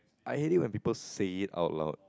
I hate it when people say it out loud